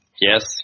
yes